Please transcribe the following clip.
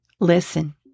Listen